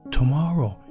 Tomorrow